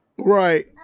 Right